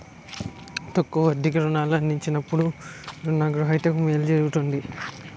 తక్కువ వడ్డీకి రుణాలు అందించినప్పుడు రుణ గ్రహీతకు మేలు జరుగుతుంది